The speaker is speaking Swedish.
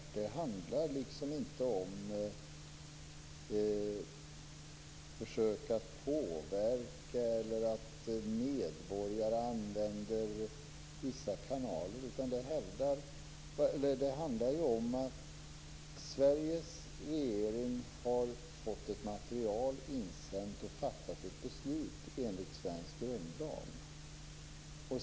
Det handlar inte om försök att påverka eller att medborgare använder vissa kanaler, utan det handlar om att Sveriges regering har fått ett material insänt och fattat ett beslut enligt svensk grundlag.